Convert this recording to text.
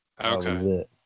Okay